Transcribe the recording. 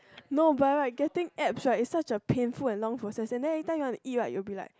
no by right getting abs right it's not a painful and long time processes then everytime you want to eat right you'll be like